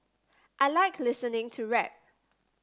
I like listening to rap